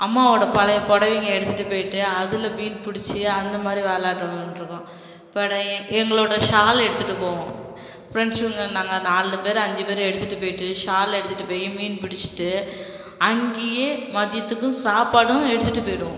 அம்மாவோடய பழைய புடவைங்க எடுத்துகிட்டு போயிட்டு அதில் மீன் பிடிச்சி அந்த மாதிரி விளாட்டு விளாண்ட்ருக்கோம் அப்பறம் எங்களோடய ஷாலு எடுத்துகிட்டு போவோம் ஃப்ரெண்ஷுங்க நாங்கள் நாலு பேர் அஞ்சு பேர் எடுத்துகிட்டு போயிட்டு ஷாலு எடுத்துகிட்டு போயி மீன் பிடிச்சிட்டு அங்கேயே மதியத்துக்கும் சாப்பாடும் எடுத்துகிட்டு போய்டுவோம்